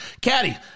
Caddy